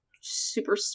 super